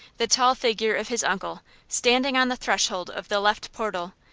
the tall figure of his uncle standing on the threshold of the left portal,